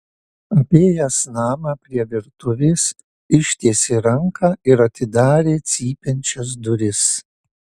apėjęs namą prie virtuvės ištiesė ranką ir atidarė cypiančias duris